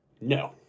No